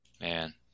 Man